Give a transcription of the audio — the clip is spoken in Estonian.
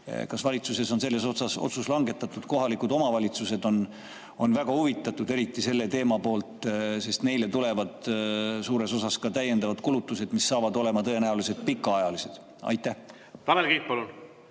Kas valitsuses on otsus langetatud? Kohalikud omavalitsused on väga huvitatud sellest teemast, sest neile tulevad suures osas ka täiendavad kulutused, mis tõenäoliselt on pikaajalised. Aitäh!